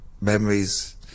memories